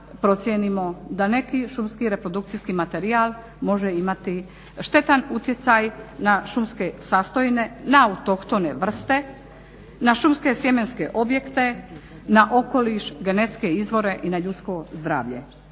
procijenimo da neki šumski reprodukcijski materijal može imati štetan utjecaj na šumske sastojine, na autohtone vrste, na šumske sjemenske objekte, na okoliš, genetske izvore i na ljudsko zdravlje.